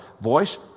voice